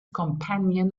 companion